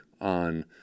on